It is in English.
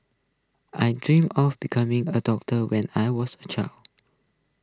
I dreamt of becoming A doctor when I was A child